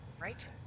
Right